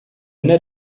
net